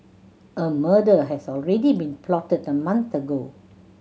a murder has already been plotted a month ago